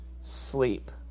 sleep